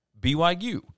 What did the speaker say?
BYU